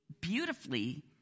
beautifully